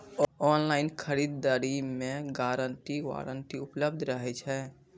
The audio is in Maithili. ऑनलाइन खरीद दरी मे गारंटी वारंटी उपलब्ध रहे छै?